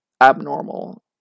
abnormal